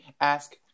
ask